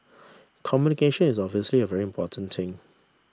communication is obviously a very important thing